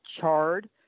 charred